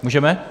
Můžeme?